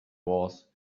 was